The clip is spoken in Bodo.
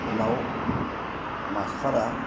उनाव मास्टारा